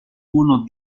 unos